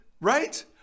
Right